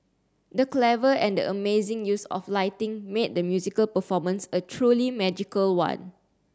the clever and the amazing use of lighting made the musical performance a truly magical one